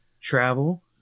travel